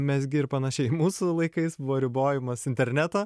mezgi ir panašiai mūsų laikais buvo ribojamas interneto